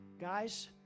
guys